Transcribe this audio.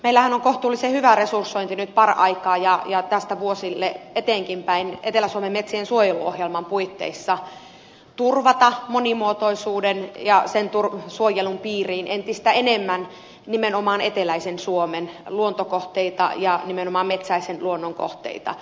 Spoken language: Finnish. meillähän on kohtuullisen hyvä resursointi nyt paraikaa ja tästä vuosiksi eteenkinpäin etelä suomen metsien suojeluohjelman puitteissa turvata monimuotoisuuden ja sen suojelun piiriin entistä enemmän nimenomaan eteläisen suomen luontokohteita ja nimenomaan metsäisen luonnon kohteita